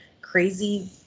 crazy